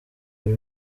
buri